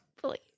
Please